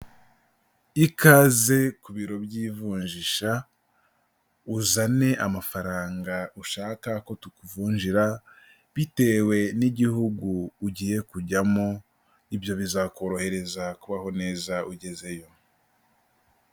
Ikaze ku biro by'ivunjisha, uzane amafaranga ushaka ko tukuvunjira. Bitewe n'igihugu ugiye kujyamo ibyo bizakorohereza kubaho neza ugezeyo.